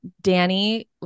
danny